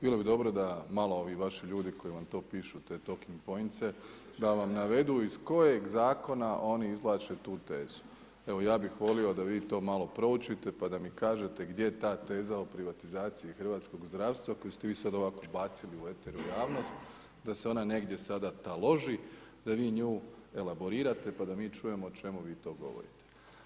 Bilo bi dobro da malo ovi vaši ljudi koji vam to pišu, te talking pointse, da vam navedu iz kojeg zakona oni izvlače tu tezu, evo, ja bih volio da vi to malo proučite pa da mi kažete gdje je ta teza o privatizaciji hrvatskog zdravstva koju ste vi sada ovako bacili u eter, u javnost da se ona negdje sada taloži, da vi nju elaborirate pa da mi čujemo o čemu vi to govorite.